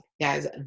guys